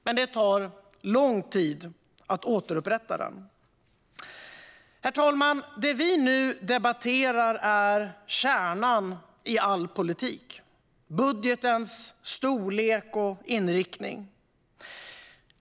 Men det tar lång tid att återupprätta den. Herr talman! Det vi nu debatterar är kärnan i all politik, budgetens storlek och inriktning.